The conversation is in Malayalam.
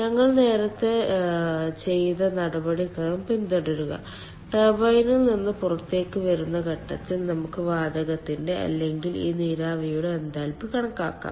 ഞങ്ങൾ നേരത്തെ ചെയ്ത നടപടിക്രമം പിന്തുടരുക ടർബൈനിൽ നിന്ന് പുറത്തേക്ക് വരുന്ന ഘട്ടത്തിൽ നമുക്ക് വാതകത്തിന്റെ അല്ലെങ്കിൽ ഈ നീരാവിയുടെ എൻതാൽപ്പി കണക്കാക്കാം